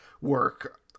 work